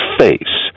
face